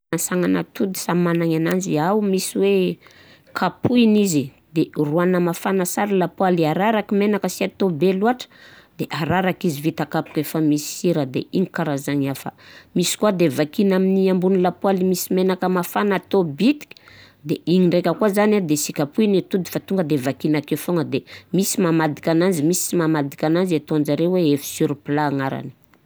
Sagnan'atody samy managnenanzy, ao misy hoe: kapohign'izy de roana mafana sara i lapoaly, araraky menaka sy atao be loatra, de ararak'izy efa vita kapoka efa misy sira de igny karazagny hafa; misy koà de vakina amin'ny ambony lapoaly efa misy menaka mafana atao bitiky de igny ndraika koà zany de sy kapohigny atody fa tonga de vakina akeo foana de misy mamadika ananzy, misy sy mamadika ananzy, ataonjare hoe oeuf sur plat agnarany.